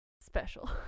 special